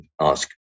ask